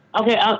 Okay